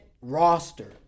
roster